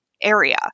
area